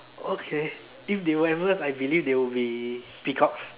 okay if they were animals I believe they would be peacocks